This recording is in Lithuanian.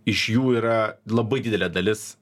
iš jų yra labai didelė dalis